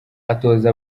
atoza